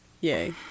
Yay